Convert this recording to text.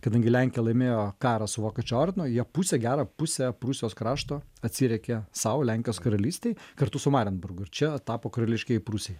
kadangi lenkija laimėjo karą su vokiečių ordinu jie pusė gerą pusę prūsijos krašto atsiriekė sau lenkijos karalystei kartu su marienburgu ir čia tapo karališkieji prūsiai